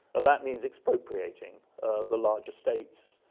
and that means expropriating the largest states,